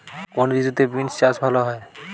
কোন ঋতুতে বিন্স চাষ ভালো হয়?